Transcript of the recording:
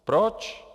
Proč?